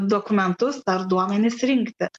dokumentus ar duomenis rinkti